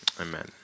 amen